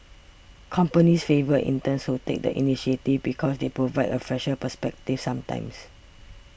companies favour interns who take the initiative and because they provide a fresher perspective sometimes